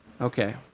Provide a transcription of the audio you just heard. Okay